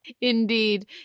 indeed